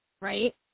Right